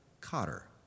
Cotter